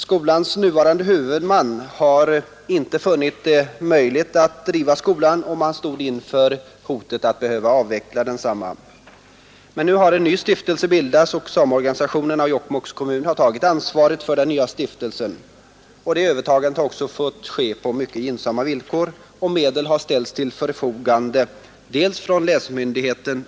Skolans nuvarande huvudman har inte funnit det möjligt att driva skolan, och man stod inför situationen att behöva avveckla den. Men nu har en ny stiftelse bildats, och sameorganisationerna och Jokkmokks kommun har tagit ansvar för den nya stiftelsen. Övertagandet har också fått ske på mycket gynnsamma villkor, och medel har bl.a. ställts till förfogande från länsmyndigheten.